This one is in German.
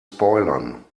spoilern